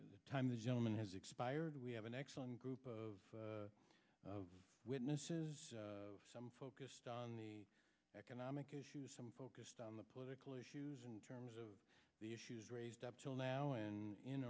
excellent time the gentleman has expired we have an excellent group of the witnesses some focused on the economic issues some focused on the political issues in terms of the issues raised up till now in i